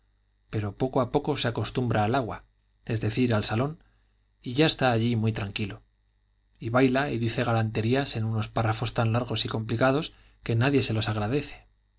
pero poco a poco se acostumbra al agua es decir al salón y ya está allí muy tranquilo y baila y dice galanterías en unos párrafos tan largos y complicados que nadie se los agradece